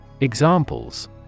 Examples